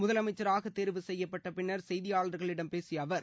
முதலமைச்சராக தேர்வு செய்யப்பட்ட பின்னர் செய்தியாளர்களிடம் பேசிய அவர்